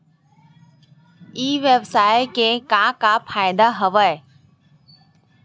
ई व्यवसाय के का का फ़ायदा हवय?